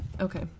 Okay